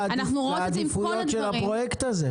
אנחנו רואות את זה עם כל הדברים --- זה ביטוי לעדיפות של הפרויקט הזה.